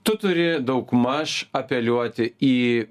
tu turi daugmaž apeliuoti į